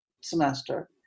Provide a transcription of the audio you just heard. semester